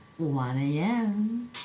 1am